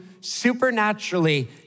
supernaturally